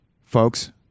folks